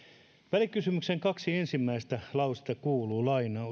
välikysymyksen kaksi ensimmäistä lausetta kuuluu